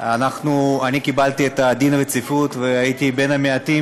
אני קיבלתי את דין הרציפות והייתי בין המעטים